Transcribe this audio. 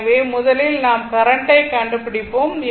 எனவே முதலில் நாம் கரண்ட் ஐ கண்டுபிடிப்போம்